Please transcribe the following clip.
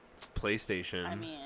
PlayStation